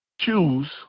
choose